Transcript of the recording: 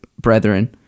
brethren